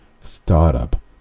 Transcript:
startup